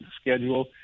schedule